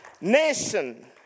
nation